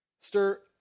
Stir